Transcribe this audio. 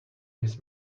his